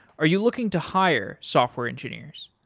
are you looking to hire software engineers?